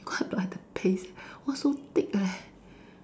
he go look at the paste !wah! so thick leh